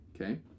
okay